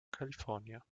california